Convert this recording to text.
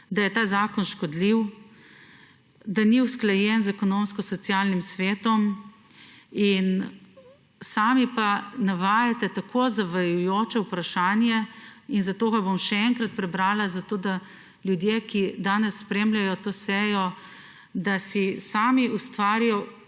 da je ta zakon škodljiv, da ni usklajen z ekonomsko-socialnim svetom in sami pa navajate tako zavajajoče vprašanje in zato ga bom še enkrat prebrala, zato da ljudje, ki danes spremljajo to sejo, da si sami ustvarijo